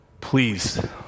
Please